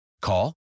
Call